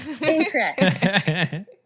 incorrect